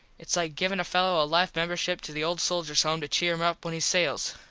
its like givin a fello a life membership to the old soldiers home to cheer him up when he sails.